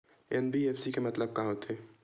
NBFC के मतलब का होथे?